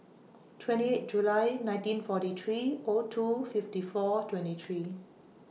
twenty eight July nineteen forty three O two fifty four twenty three